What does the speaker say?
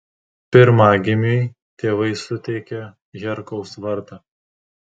pirmagimiui tėvai suteikė herkaus vardą